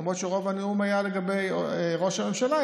למרות שרוב הנאום היה לגבי ראש הממשלה,